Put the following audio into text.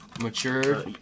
Mature